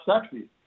sexy